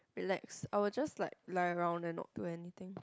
relax I'll just like lie around and not do anything